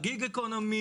Gig Economy,